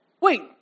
wait